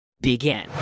Begin